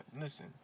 listen